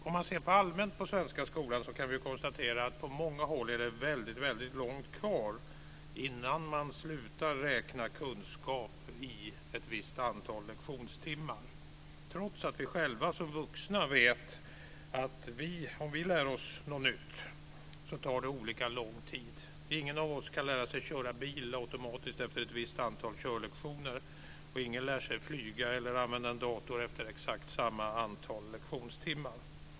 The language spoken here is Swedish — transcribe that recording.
Om vi ser allmänt på den svenska skolan kan vi konstatera att det på många håll är väldigt långt kvar tills man slutar räkna kunskap i ett visst antal lektionstimmar, trots att vi själva som vuxna vet att om vi lär oss något nytt så tar det olika lång tid. Ingen av oss kan lära sig köra bil automatiskt efter ett visst antal körlektioner, och ingen lär sig flyga eller använda en dator efter exakt samma antal lektionstimmar.